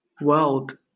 world